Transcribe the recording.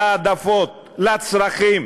להעדפות, לצרכים